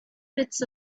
bits